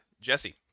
jesse